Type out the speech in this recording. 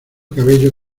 cabello